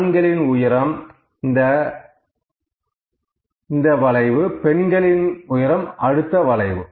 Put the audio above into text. ஆண்களின் உயரம் இந்த வளைவு பெண்களின் உயரம் அடுத்த வளைவு